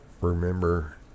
remember